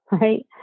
Right